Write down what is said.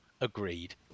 agreed